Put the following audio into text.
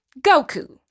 Goku